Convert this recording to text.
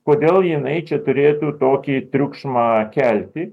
kodėl jinai čia turėtų tokį triukšmą kelti